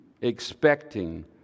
expecting